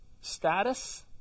status